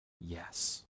yes